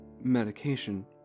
medication